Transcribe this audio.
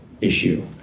issue